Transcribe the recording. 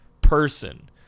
person